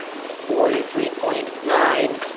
forty three point nine.